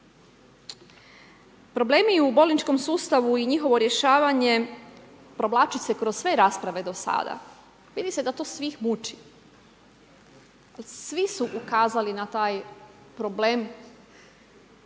Problemi u bolničkom sustavu i njihovo rješavanje provlači se kroz sve rasprave do sada. Vidi se da to sve muči. Svi su ukazali na taj problem